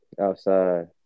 outside